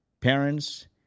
parents